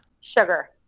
Sugar